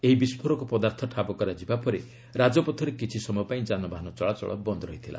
ଏହି ବିସ୍ଫୋରକ ପଦାର୍ଥ ଠାବ କରାଯିବା ପରେ ରାଜପଥରେ କିଛି ସମୟ ପାଇଁ ଯାନବାହନ ଚଳାଚଳ ବନ୍ଦ୍ ରହିଥିଲା